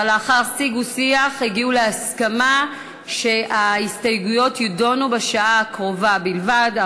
אבל לאחר שיג ושיח הגיעו להסכמה שההסתייגויות יידונו בשעה הקרובה בלבד,